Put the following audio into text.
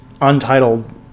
untitled